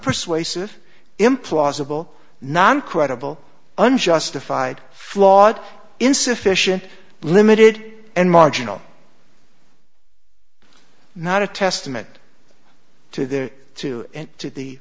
unpersuasive implausible non credible unjustified flawed insufficient limited and marginal not a testament to their to and to the